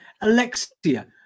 Alexia